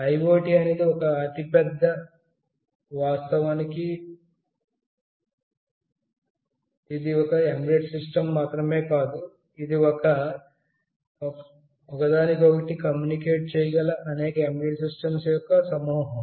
IoT అనేది ఒక అతిపెద్ద చిత్రం వాస్తవానికి ఇది ఒక ఎంబెడెడ్ సిస్టమ్ మాత్రమే కాదు ఇది ఒకదానికొకటి కమ్యూనికేట్ చేయగల అనేక ఎంబెడెడ్ సిస్టమ్స్ యొక్క సమూహం